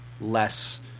less